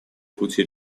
пути